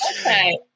Okay